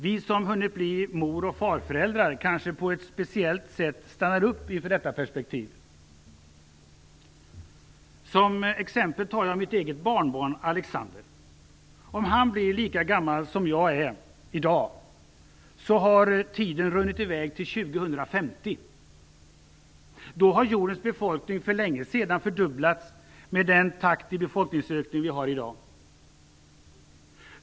Vi som hunnit bli mor och farföräldrar stannar kanske på ett speciellt sätt upp inför detta perspektiv. Som exempel tar jag mitt eget barnbarn Alexander. Om han blir lika gammal som jag är i dag har tiden runnit i väg till år 2050. Då har jordens befolkning för länge sedan fördubblats, med den takt i befolkningsökningen vi har i dag.